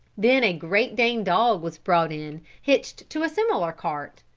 then a great dane dog was brought in hitched to a similar cart.